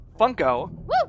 Funko